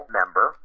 member